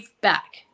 back